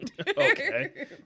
Okay